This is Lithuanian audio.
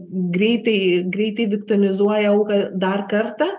greitai greitai viktonizuoja auką dar kartą